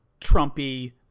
Trumpy